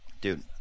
Dude